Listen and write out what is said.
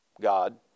God